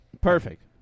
Perfect